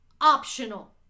optional